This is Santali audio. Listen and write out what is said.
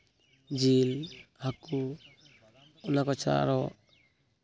ᱡᱤᱞ ᱦᱟᱹᱠᱩ ᱚᱱᱟᱠᱚ ᱪᱷᱟᱲᱟ ᱟᱨᱚ